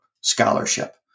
scholarship